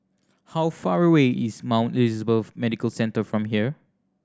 how far away is Mount Elizabeth Medical Centre from here